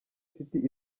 city